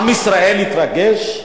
עם ישראל התרגש.